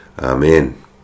Amen